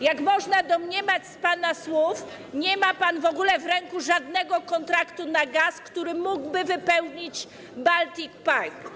Jak można domniemać z pana słów, nie ma pan w ręce w ogóle żadnego kontraktu na gaz, który mógłby wypełnić Baltic Pipe.